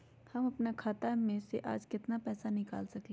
हम अपन खाता में से आज केतना पैसा निकाल सकलि ह?